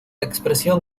expresión